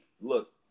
look